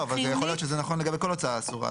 אבל יכול להיות שזה נכון לגבי כל הוצאה אסורה.